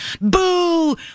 Boo